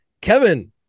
Kevin